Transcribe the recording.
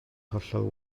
hollol